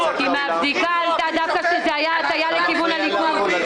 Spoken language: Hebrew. הבדיקה העלתה שזה היה הטיה לכיוון הליכוד.